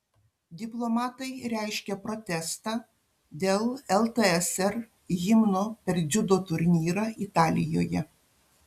diplomatai reiškia protestą dėl ltsr himno per dziudo turnyrą italijoje